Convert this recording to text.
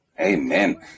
Amen